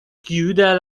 chiude